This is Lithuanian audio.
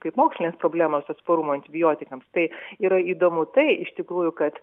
kaip mokslinės problemos atsparumo antibiotikams tai yra įdomu tai iš tikrųjų kad